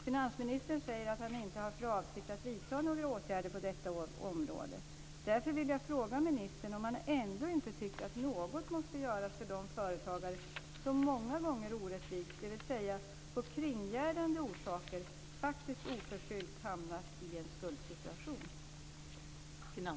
Finansministern säger att han inte har för avsikt att vidta några åtgärder på detta område. Därför vill jag fråga ministern om han ändå inte tycker att något måste göras för de företagare som många gånger orättvist, av perifera orsaker, faktiskt oförskyllt hamnat i en skuldsituation.